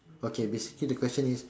okay basically the question is